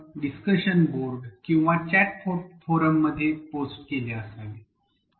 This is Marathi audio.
आपण डिस्कशन बोर्ड किंवा चॅट फोरममध्ये पोस्ट केले असावे